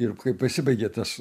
ir kai pasibaigė tas